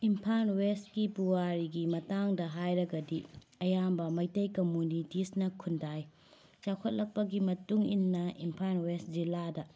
ꯏꯝꯐꯥꯟ ꯋꯦꯁꯀꯤ ꯄꯨꯋꯥꯔꯤꯒꯤ ꯃꯇꯥꯡꯗ ꯍꯥꯏꯔꯒꯗꯤ ꯑꯌꯥꯝꯕ ꯃꯩꯇꯩ ꯀꯃꯨꯅꯤꯇꯤꯁꯅ ꯈꯨꯟꯗꯥꯏ ꯆꯥꯎꯈꯠꯂꯛꯄꯒꯤ ꯃꯇꯨꯡ ꯏꯟꯅ ꯏꯝꯐꯥꯟ ꯋꯦꯁ ꯖꯤꯂꯥꯗ